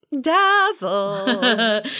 Dazzle